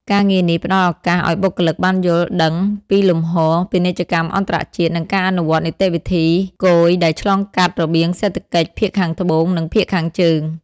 ការងារនេះផ្តល់ឱកាសឱ្យបុគ្គលិកបានយល់ដឹងពីលំហូរពាណិជ្ជកម្មអន្តរជាតិ និងការអនុវត្តនីតិវិធីគយដែលឆ្លងកាត់របៀងសេដ្ឋកិច្ចភាគខាងត្បូង និងភាគខាងជើង។